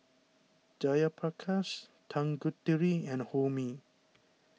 Jayaprakash Tanguturi and Homi